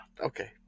okay